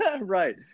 Right